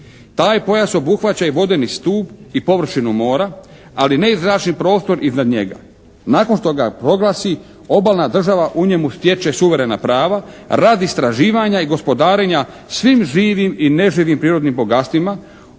Taj pojas obuhvaća i vodeni stup i površinu mora, ali ne i zračni prostor iznad njega. Nakon što ga proglasi obalna država u njemu stječe suverena prava radi istraživanja i gospodarenja svim živim i neživim prirodnim bogatstvima